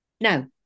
No